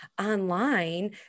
online